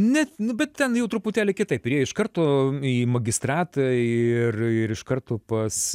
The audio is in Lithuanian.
net nu bet ten jau truputėlį kitaip ir jie iš karto į magistratą ir ir iš karto pas